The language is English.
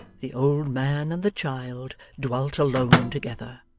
the old man and the child dwelt alone together.